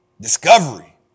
Discovery